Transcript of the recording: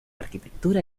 arquitectura